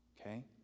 okay